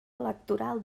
electoral